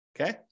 Okay